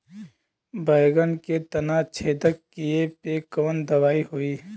बैगन के तना छेदक कियेपे कवन दवाई होई?